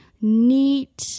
neat